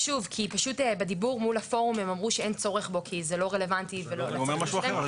עכשיו אנחנו דנים איזה סיוע אבל לא היה קול קורא ולא היה שקל אחד סיוע.